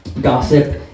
Gossip